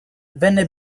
venne